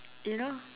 you know